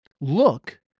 Look